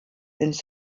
ins